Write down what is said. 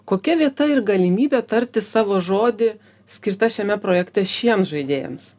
kokia vieta ir galimybė tarti savo žodį skirta šiame projekte šiems žaidėjams